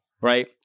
Right